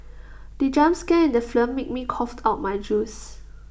the jump scare in the film made me cough out my juice